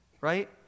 Right